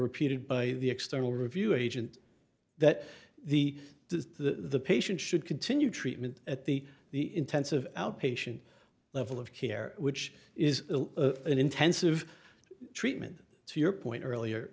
repeated by the external review agent that the the patient should continue treatment at the the intensive outpatient level of care which is an intensive treatment to your point